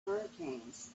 hurricanes